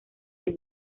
del